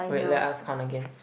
wait let us count again